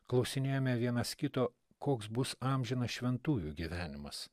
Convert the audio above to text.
klausinėjome vienas kito koks bus amžinas šventųjų gyvenimas